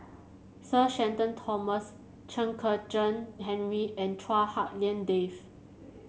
Sir Shenton Thomas Chen Kezhan Henri and Chua Hak Lien Dave